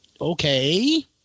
Okay